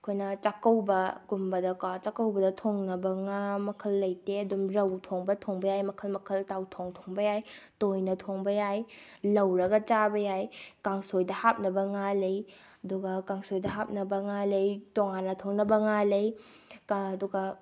ꯑꯩꯈꯣꯏꯅ ꯆꯥꯛꯀꯧꯕꯒꯨꯝꯕꯗꯀꯣ ꯆꯥꯛꯀꯧꯕꯗ ꯊꯣꯡꯅꯕ ꯉꯥ ꯃꯉꯜ ꯂꯩꯇꯦ ꯑꯗꯨꯝ ꯔꯧ ꯊꯣꯡꯕ ꯌꯥꯏ ꯃꯈꯜ ꯃꯈꯜ ꯇꯥꯎꯊꯣꯡ ꯊꯣꯡꯕ ꯌꯥꯏ ꯇꯣꯏꯅ ꯊꯣꯡꯕ ꯌꯥꯏ ꯂꯧꯔꯒ ꯆꯥꯕ ꯌꯥꯏ ꯀꯥꯡꯁꯣꯏꯗ ꯍꯥꯞꯅꯕ ꯉꯥ ꯂꯩ ꯑꯗꯨꯒ ꯀꯥꯡꯁꯣꯏꯗ ꯍꯥꯞꯅꯕ ꯉꯥ ꯂꯩ ꯇꯣꯉꯥꯟꯅ ꯊꯣꯡꯅꯕ ꯉꯥ ꯂꯩ ꯑꯗꯨꯒ